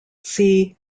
see